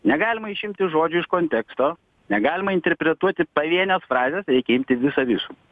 negalima išimti žodžių iš konteksto negalima interpretuoti pavienes frazes reikia imti visą visumą